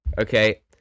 Okay